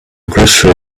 grocery